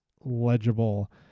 legible